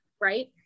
right